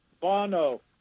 Bono